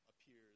appears